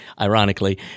ironically